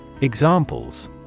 Examples